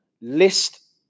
List